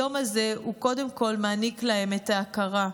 היום הזה קודם כול מעניק להם את ההכרה,